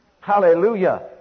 Hallelujah